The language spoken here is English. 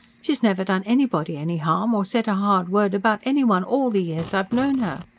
she's never done anybody any harm or said a hard word about any one, all the years i've known her.